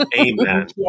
Amen